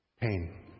Pain